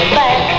back